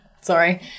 Sorry